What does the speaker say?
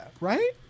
right